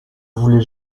voulait